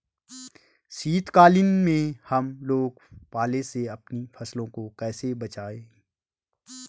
शीतकालीन में हम लोग पाले से अपनी फसलों को कैसे बचाएं?